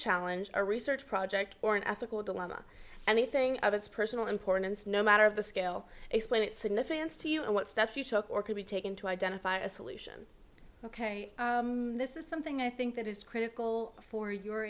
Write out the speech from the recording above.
challenge a research project or an ethical dilemma anything of it's personal importance no matter of the scale explain it significance to you and what steps you took or could be taken to identify a solution ok this is something i think that is critical for your